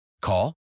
Call